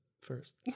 first